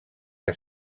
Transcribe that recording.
que